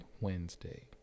Wednesday